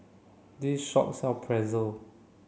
this shop sell Pretzel